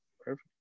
Perfect